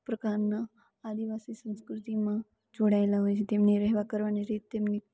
પ્રકરણના આદિવાસી સંસ્કૃતિમાં જોડાયેલા હોય છે તેમની રેહવા કરવાની રીત તેમની